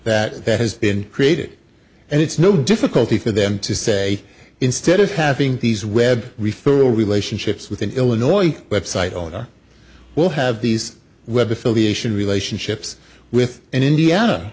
that that has been created and it's no difficulty for them to say instead of having these web referral relationships with an illinois website owner will have these web affiliation relationships with an indiana